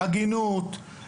הגינות,